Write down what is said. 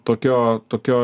tokio tokio